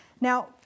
Now